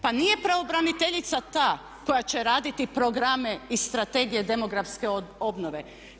Pa nije pravobraniteljica ta koja će raditi programe i strategije demografske obnove.